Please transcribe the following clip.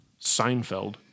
Seinfeld